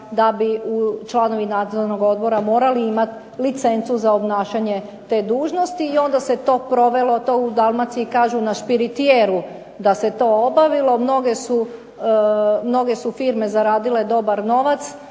da bi članovi nadzornog odbora morali imati licencu za obnašanje te dužnosti i onda se to provelo to u Dalmaciji kažu na špiritijeru da se to obavilo, mnoge su firme zaradile dobar novac